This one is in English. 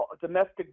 domestic